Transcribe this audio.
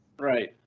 Right